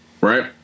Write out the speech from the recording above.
right